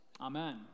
Amen